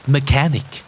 Mechanic